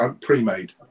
pre-made